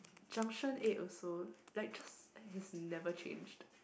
junction eight also like just has never changed